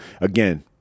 again